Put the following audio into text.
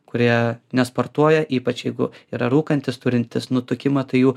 kurie nesportuoja ypač jeigu yra rūkantys turintys nutukimą tai jų